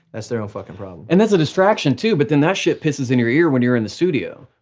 that's their own fucking problem. and that's a distraction too, but then that shit pisses in your ear when you're in the studio,